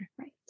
Right